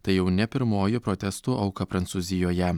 tai jau ne pirmoji protestų auka prancūzijoje